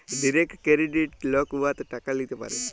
direct credit lock উয়াতে টাকা ল্যিতে পারে